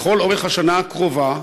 לכל אורך השנה הקרובה,